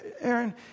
Aaron